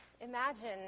Imagine